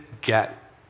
get